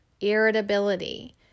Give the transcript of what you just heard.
irritability